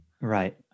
Right